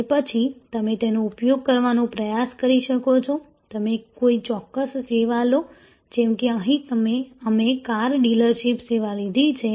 અને પછી તમે તેનો ઉપયોગ કરવાનો પ્રયાસ કરી શકો છો તમે કોઈ ચોક્કસ સેવા લો જેમ કે અહીં અમે કાર ડીલરશીપ સેવા લીધી છે